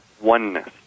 oneness